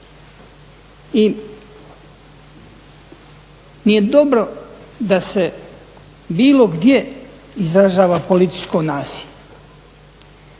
I nije dobro da se bilo gdje izražava političko nasilje,